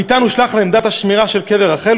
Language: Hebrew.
המטען הושלך אל עמדת השמירה של קבר רחל.